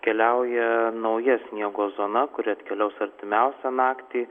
keliauja nauja sniego zona kuri atkeliaus artimiausią naktį